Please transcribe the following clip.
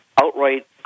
outright